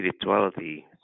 spirituality